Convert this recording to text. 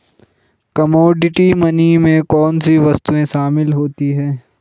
Commodity money में कौन सी वस्तुएं शामिल होती हैं?